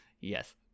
yes